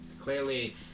clearly